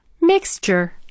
mixture